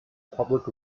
public